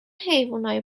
حیونای